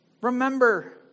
Remember